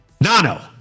Nano